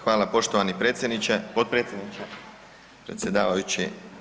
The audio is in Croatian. Hvala poštovani potpredsjedniče predsjedavajući.